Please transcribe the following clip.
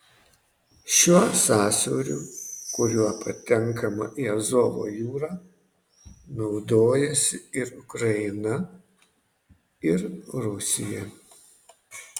šiuo sąsiauriu kuriuo patenkama į azovo jūrą naudojasi ir ukraina ir rusija